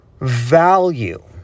value